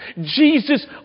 Jesus